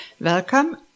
Welcome